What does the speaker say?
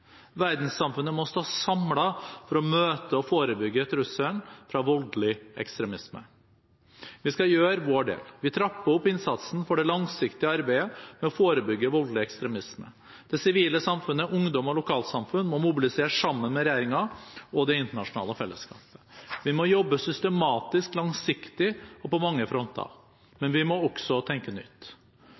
Verdenssamfunnet må stå samlet for å møte og forebygge trusselen fra voldelig ekstremisme. Vi skal gjøre vår del. Vi trapper opp innsatsen for det langsiktige arbeidet med å forebygge voldelig ekstremisme. Det sivile samfunnet, ungdom og lokalsamfunn må mobilisere sammen med regjeringer og det internasjonale fellesskapet. Vi må jobbe systematisk, langsiktig og på mange fronter. Men vi må også tenke nytt.